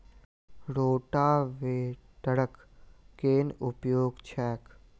रोटावेटरक केँ उपयोग छैक?